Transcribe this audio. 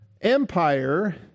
empire